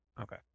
Okay